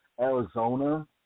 Arizona